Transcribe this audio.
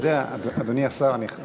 אדוני השר,